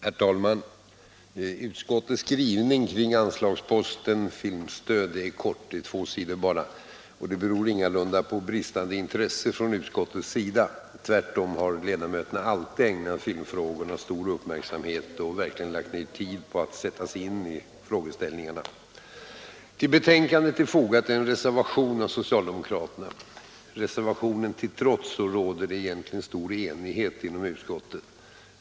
Herr talman! Utskottsskrivningen kring anslagsposten Filmstöd är kort, bara två sidor. Det beror ingalunda på bristande intresse från utskottets sida. Tvärtom har ledamöterna alltid ägnat filmfrågorna stor uppmärksamhet och verkligen lagt ned tid på att sätta sig in i frågeställningarna. Till betänkandet är fogad en reservation av socialdemokraterna. Reservationen till trots råder det egentligen stor enighet inom utskottet.